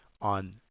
on